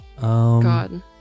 god